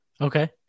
Okay